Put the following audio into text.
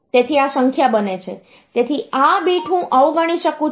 તેથી આ સંખ્યા બને છે તેથી આ બીટ હું અવગણી શકું છું